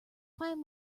fine